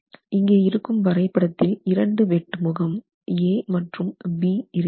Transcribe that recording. இங்கே இருக்கும் வரைபடத்தில் இரண்டு வெட்டுமுகம் a மற்றும் b இருக்கிறது